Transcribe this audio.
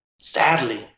sadly